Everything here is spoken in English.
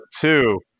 Two